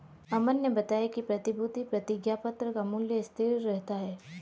अमन ने बताया कि प्रतिभूति प्रतिज्ञापत्र का मूल्य स्थिर रहता है